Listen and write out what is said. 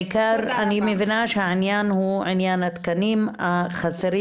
אני מבינה שהעניין הוא בעיקר עניין התקנים החסרים.